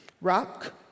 Rock